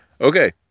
Okay